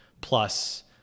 plus